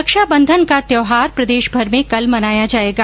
रक्षा बंधन का त्यौहार प्रदेशभर में कल मनाया जाएगा